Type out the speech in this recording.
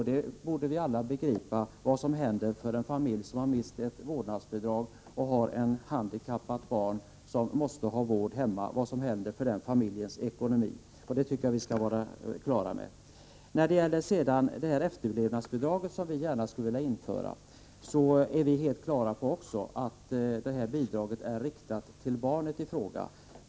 Alla borde begripa vad som händer med ekonomin i en familj som förlorar ett vårdnadsbidrag och har ett handikappat barn som måste vårdas hemma. När det sedan gäller efterlevnadsbidraget, som vi gärna skulle vilja införa, är vi också helt klara över att det är riktat till barnet i fråga.